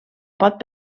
pot